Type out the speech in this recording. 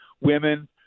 women